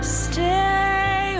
stay